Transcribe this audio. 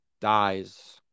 dies